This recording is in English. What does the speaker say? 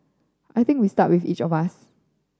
I think we start with each of us